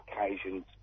occasions